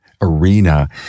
arena